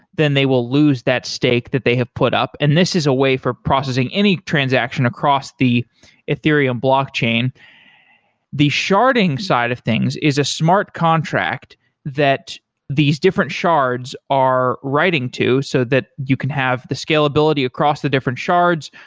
then they will lose that steak that they have put up, and this is a way for processing any transaction across the ethereum blockchain. the sharding side of things is a smart contract that these different shards are writing to so that you can have the scalability across the different shards.